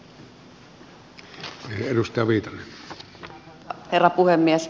arvoisa herra puhemies